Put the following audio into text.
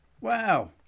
Wow